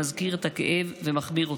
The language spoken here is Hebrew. מזכיר את הכאב ומחמיר אותו.